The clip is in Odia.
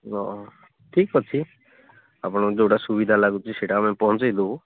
ହଁ ଠିକ୍ ଅଛି ଆପଣଙ୍କୁ ଯେଉଁଟା ସୁବିଧା ଲାଗିଛି ସେଇଚା ଆମେ ପହଞ୍ଚେଇ ଦେବୁ